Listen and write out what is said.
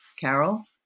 carol